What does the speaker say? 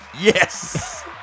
Yes